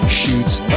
shoots